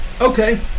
Okay